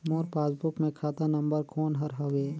मोर passbook मे खाता number कोन हर हवे?